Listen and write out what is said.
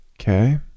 Okay